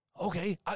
Okay